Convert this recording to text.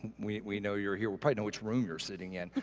we we know you're here. we probably know which room you're sitting in,